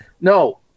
No